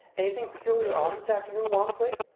anything particular on this afternoon, walmsley?